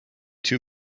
two